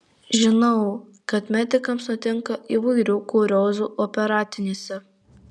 žinau kad medikams nutinka įvairių kuriozų operacinėse